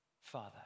Father